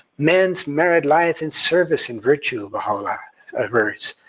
men's merit lieth in service and virtue, baha'u'llah avers,